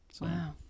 Wow